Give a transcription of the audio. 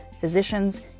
physicians